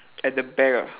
at the back ah